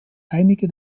einige